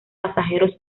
pasajeros